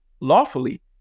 lawfully